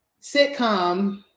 sitcom